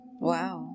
Wow